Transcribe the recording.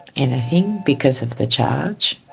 anything because of the charge.